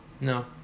No